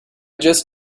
just